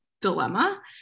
dilemma